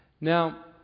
Now